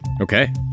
Okay